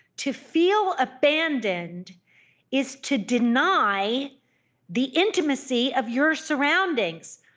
to feel abandoned is to deny the intimacy of your surroundings.